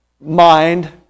mind